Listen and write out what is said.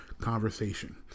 conversation